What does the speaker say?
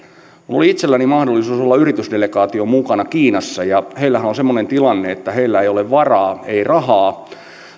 oli itselläni mahdollisuus olla yritysdelegaation mukana kiinassa ja heillähän on semmoinen tilanne että heillä ei ole varaa ei rahaa